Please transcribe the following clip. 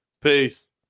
Peace